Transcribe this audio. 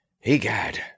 Egad